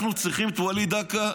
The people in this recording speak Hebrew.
אנחנו צריכים את וליד דקה,